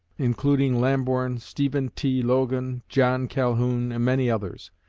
including lamborn, stephen t. logan, john calhoun, and many others.